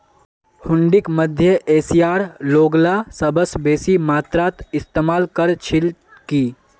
हुंडीक मध्य एशियार लोगला सबस बेसी मात्रात इस्तमाल कर छिल की